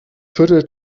viertel